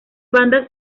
bandas